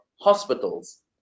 hospitals